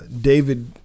David